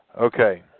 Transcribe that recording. Okay